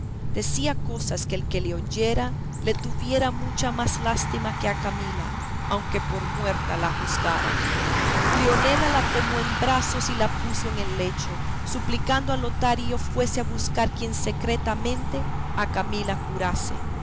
decía cosas que el que le oyera le tuviera mucha más lástima que a camila aunque por muerta la juzgara leonela la tomó en brazos y la puso en el lecho suplicando a lotario fuese a buscar quien secretamente a camila curase